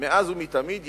מאז ומתמיד ידועה,